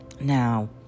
Now